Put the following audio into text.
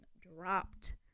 dropped